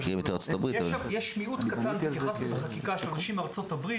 התייחסנו בחקיקה למיעוט קטן של אנשים מארצות הברית